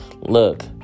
look